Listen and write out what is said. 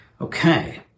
Okay